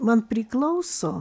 man priklauso